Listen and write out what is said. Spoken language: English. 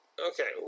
Okay